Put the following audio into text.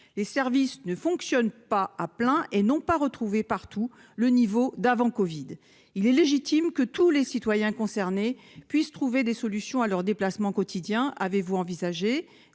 Les services ne fonctionnent pas à plein et n'ont pas retrouvé partout le niveau d'avant-covid. Or il est légitime que tous les citoyens puissent trouver des solutions pour leurs déplacements quotidiens. Monsieur